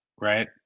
right